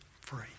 free